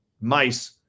mice